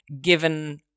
Given